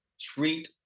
treat